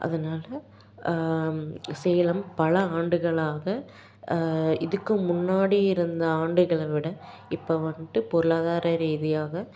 அதனால் சேலம் பல ஆண்டுகளாக இதுக்கும் முன்னாடி இருந்த ஆண்டுகளை விட இப்போ வந்துட்டு பொருளாதார ரீதியாக